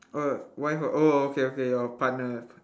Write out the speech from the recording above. oh wife ah oh okay okay your partner